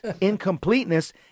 incompleteness